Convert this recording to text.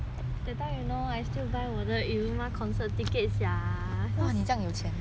yiruma's concert tickets sia cause cause err